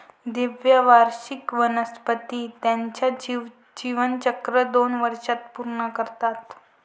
द्विवार्षिक वनस्पती त्यांचे जीवनचक्र दोन वर्षांत पूर्ण करतात